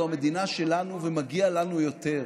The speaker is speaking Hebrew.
זו המדינה שלנו ומגיע לנו יותר.